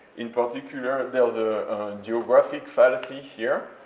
in particular, there's a geographic fallacy here,